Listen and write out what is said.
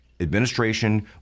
administration